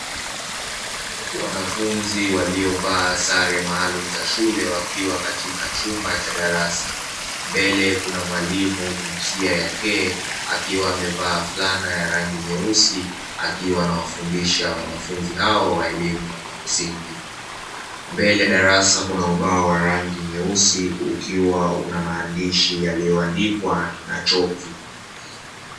Wanafunzi waliovaa sare maalumu za shule wakiwa katika chumba cha darasa, mbele kukiwa na mwalimu jinsia ya ke, akiwa amevaa flana ya rangi nyeusi akiwa anawafundisha wanafunzi hao wa shule ya msingi, mbele ya darasa kuna ubao ukiwa na maandishi yaliyoandikwa na choki.